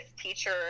teacher